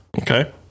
Okay